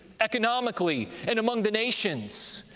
economically, and among the nations,